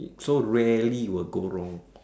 is so rarely it'll go wrong